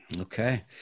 Okay